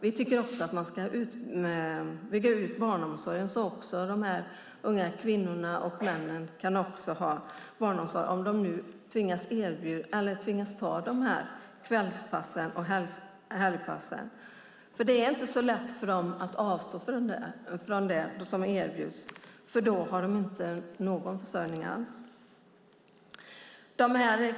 Vi tycker också att man ska bygga ut barnomsorgen så att även dessa unga kvinnor och män kan få barnomsorg om de nu tvingas ta dessa kvälls och helgpass. Det är nämligen inte så lätt för dem att avstå från det som erbjuds, för då har de ingen försörjning alls.